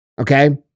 okay